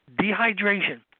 Dehydration